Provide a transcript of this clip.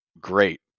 Great